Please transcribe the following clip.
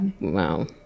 wow